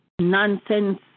nonsense